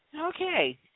Okay